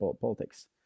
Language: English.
politics